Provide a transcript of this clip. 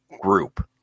group